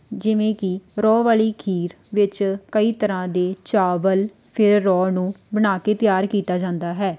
ਜਿਵੇਂ ਕਿ ਰੋਹ ਵਾਲੀ ਖੀਰ ਵਿੱਚ ਕਈ ਤਰ੍ਹਾਂ ਦੇ ਚਾਵਲ ਫਿਰ ਰੋਹ ਨੂੰ ਬਣਾ ਕੇ ਤਿਆਰ ਕੀਤਾ ਜਾਂਦਾ